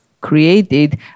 created